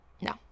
No